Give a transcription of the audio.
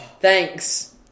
Thanks